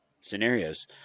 scenarios